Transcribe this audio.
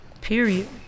Period